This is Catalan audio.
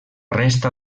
resta